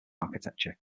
architecture